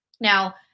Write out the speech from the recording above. Now